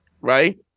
right